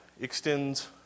extends